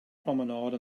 promenade